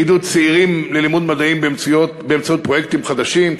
עידוד צעירים ללימוד מדעים באמצעות פרויקטים חדשים,